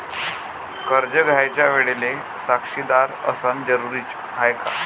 कर्ज घ्यायच्या वेळेले साक्षीदार असनं जरुरीच हाय का?